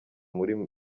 muri